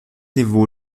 niveau